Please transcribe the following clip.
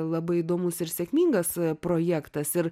labai įdomus ir sėkmingas projektas ir